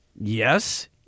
Yes